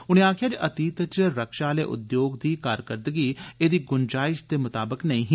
उनें आक्खेया जे अतीत च रक्षा आले उद्योग दी कारकरदगी एदी गुंजाइश दे मताबक नेई ही